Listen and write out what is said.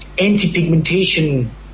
anti-pigmentation